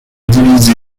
divisé